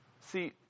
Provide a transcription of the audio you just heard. See